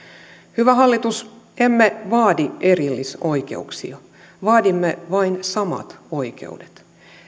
hyvä hallitus emme vaadi erillisoikeuksia vaadimme vain samat oikeudet